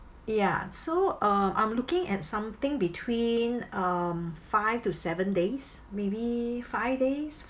ya so uh I'm looking at something between um five to seven days maybe five days